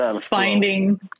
finding